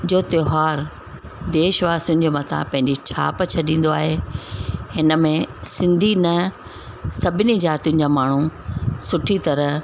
जो त्योहारु देश वासियुनि जे मथां पंहिंजी छाप छॾींदो आहे हिन में सिंधी न सभिनी जातियुनि जा माण्हू सुठी तरह